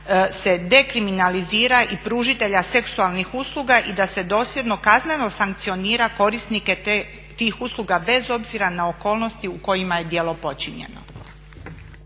se dekriminalizira i pružatelja seksualnih usluga i da se dosljedno kazneno sankcionira korisnike tih usluga bez obzira na okolnosti u kojima je djelo počinjeno.